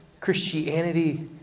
Christianity